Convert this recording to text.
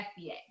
FBA